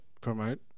promote